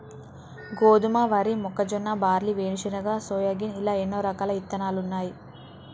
గోధుమ, వరి, మొక్కజొన్న, బార్లీ, వేరుశనగ, సోయాగిన్ ఇలా ఎన్నో రకాలు ఇత్తనాలున్నాయి